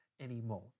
anymore